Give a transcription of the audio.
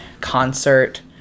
concert